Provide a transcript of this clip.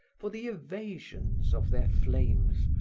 for the evasions of their flames,